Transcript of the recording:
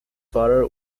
father